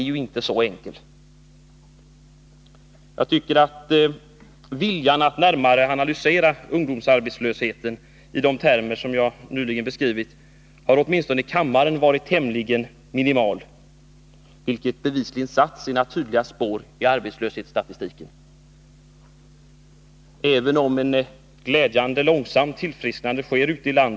Jag tycker att viljan att närmare analysera ungdomsarbetslösheten i de termer jag nyligen beskrivit har varit tämligen minimal åtminstone i kammaren - vilket bevisligen satt sina tydliga spår i arbetslöshetsstatistiken — även om ett glädjande, långsamt tillfrisknande sker ute i landet.